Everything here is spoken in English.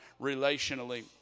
relationally